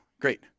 Great